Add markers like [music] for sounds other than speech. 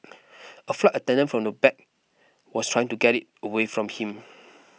[noise] a flight attendant from the back was trying to get it away from him